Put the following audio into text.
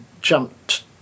jumped